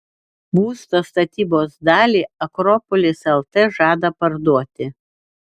būsto statybos dalį akropolis lt žada parduoti